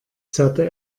zerrte